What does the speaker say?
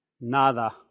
Nada